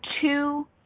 two